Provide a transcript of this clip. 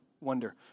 wonder